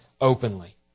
openly